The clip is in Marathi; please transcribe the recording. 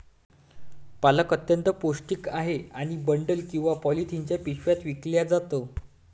पालक अत्यंत पौष्टिक आहे आणि बंडल किंवा पॉलिथिनच्या पिशव्यात विकला जातो